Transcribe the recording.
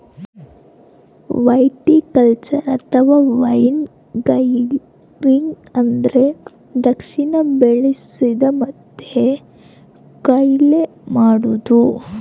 viticulture ಅಥವಾ wine growing ಅಂದ್ರ ದ್ರಾಕ್ಷಿನ ಬೆಳಿಸೊದು ಮತ್ತೆ ಕೊಯ್ಲು ಮಾಡೊದು